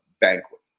banquet